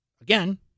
Again